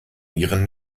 ihren